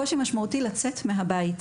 קושי משמעותי לצאת מהבית.